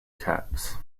caps